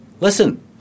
Listen